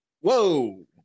Whoa